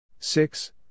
Six